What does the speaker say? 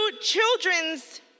children's